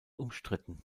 umstritten